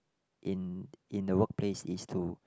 in in the work place is to